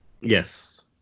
Yes